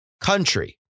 country